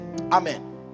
Amen